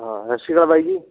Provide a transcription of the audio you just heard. ਹਾਂ ਸਤਿ ਸ਼੍ਰੀ ਅਕਾਲ ਬਾਈ ਜੀ